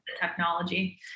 technology